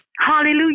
Hallelujah